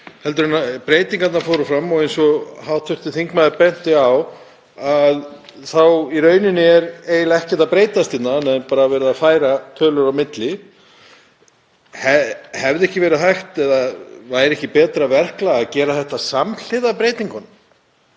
eftir að breytingarnar fóru fram og eins og hv. þingmaður benti á þá er í rauninni eiginlega ekkert að breytast annað en að það er bara verið að færa tölur á milli. Hefði ekki verið hægt eða væri ekki betra verklag að gera það samhliða breytingunum?